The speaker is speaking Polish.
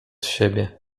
siebie